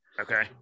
okay